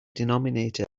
denominator